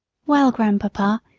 well, grandpapa,